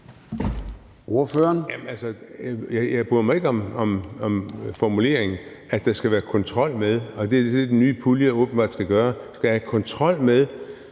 Jeg bryder mig ikke om formuleringen, at der skal være kontrol. Det er det, den nye pulje åbenbart skal – have kontrol med,